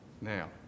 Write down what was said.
Now